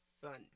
Sunday